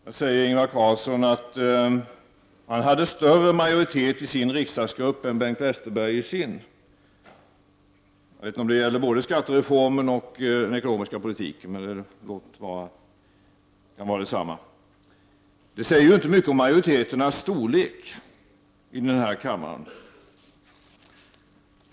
Där säger Ingvar Carlsson att han hade större majoritet i sin riksdagsgrupp än Bengt Westerberg i sin. Jag vet inte om det gäller både skattereformen och den ekonomiska politiken, men det säger ju inte mycket om majoritetens storlek i den här kammaren.